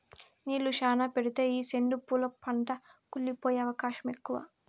నీళ్ళు శ్యానా పెడితే ఈ సెండు పూల పంట కుళ్లి పోయే అవకాశం ఎక్కువ